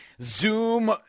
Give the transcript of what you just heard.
Zoom